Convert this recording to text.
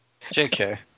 JK